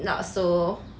not so